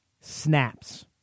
Snaps